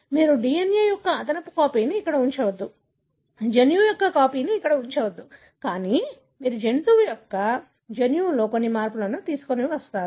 మీరు DNA యొక్క అదనపు కాపీని ఇక్కడ ఉంచవద్దు జన్యువు యొక్క కాపీని ఇక్కడ ఉంచవద్దు కానీ మీరు జంతువు యొక్క జన్యువులో కొన్ని మార్పులను తీసుకువస్తారు